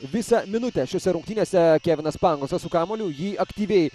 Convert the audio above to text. visą minutę šiose rungtynėse kevinas pangosas su kamuoliu jį aktyviai